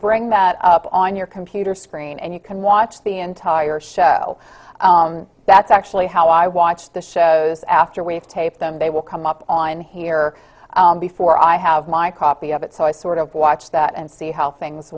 bring that up on your computer screen and you can watch the entire show that's actually how i watch the shows after we've taped them they will come up on here before i have my copy of it so i sort of watch that and see how things